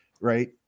right